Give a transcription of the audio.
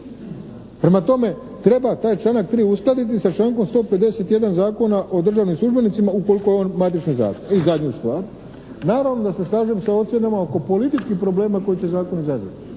Prema tome, treba taj članak 3. uskladiti sa člankom 151. Zakona o državnim službenicima ukoliko je on matični zakon. I zadnja stvar. Naravno da se slažem sa ocjenama oko političkih problema koji će zakon izazvati,